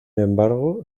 embargo